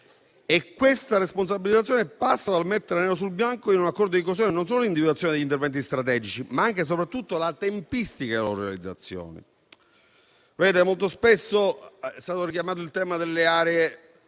Questa responsabilizzazione passa dal mettere nero su bianco in un accordo di coesione non solo l'individuazione degli interventi strategici, ma anche e soprattutto la tempistica della loro realizzazione. Molto spesso è stato richiamato il tema delle aree